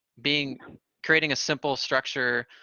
being creating a simple structure,